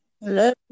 Hello